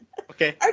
Okay